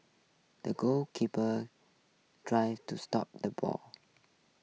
the goalkeeper drived to stop the ball